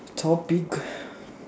topic